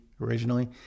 originally